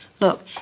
Look